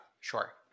Sure